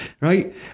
right